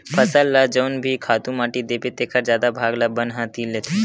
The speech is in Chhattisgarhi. फसल ल जउन भी खातू माटी देबे तेखर जादा भाग ल बन ह तीर लेथे